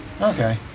Okay